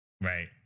Right